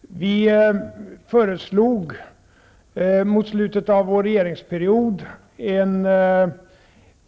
Vi föreslog mot slutet av vår regeringsperiod att kommunerna